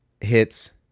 hits